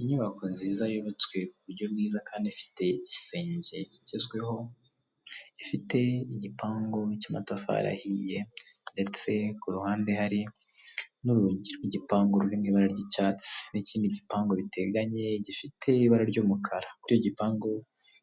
Inyubako nziza yubatswe ku buryo bwiza kandi ifite igisenge kigezweho, ifite igipangu cy'amatafari ahiye ndetse ku ruhande hari n'urugi rw'igipangu ruri mu ibara ry'icyatsi n'ikindi gipangu biteganye gifite ibara ry'umukara ,muri cyo gipangu